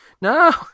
no